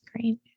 Great